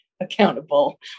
accountable